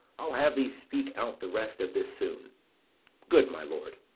i'll have thee speak out the rest of this soon good my lord,